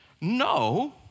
No